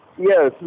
Yes